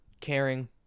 Caring